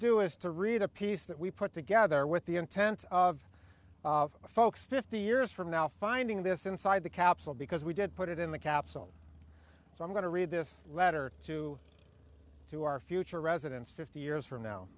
do is to read a piece that we put together with the intent of folks fifty years from now finding this inside the capsule because we did put it in the capsule so i'm going to read this letter to to our future residents fifty years from now